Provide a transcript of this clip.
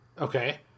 Okay